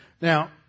Now